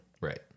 Right